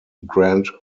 grant